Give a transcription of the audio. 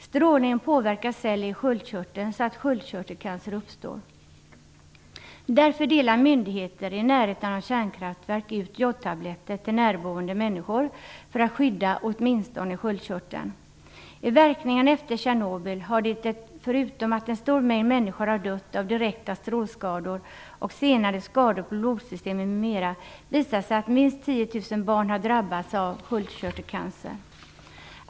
Strålningen påverkar celler i sköldkörteln så att sköldkörtelcancer uppstår. Myndigheter i närheten av kärnkraftverk delar därför ut jodtabletter till närboende människor för att skydda åtminstone sköldkörteln. I fråga om verkningarna efter Tjernobyl har det, förutom att en stor mängd människor har dött av direkta strålskador och senare skador på blodsystemet m.m., visat sig att minst 10 000 barn har drabbats av sköldkörtelcancer.